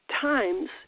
times